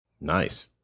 Nice